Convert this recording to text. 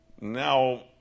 Now